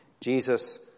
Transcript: Jesus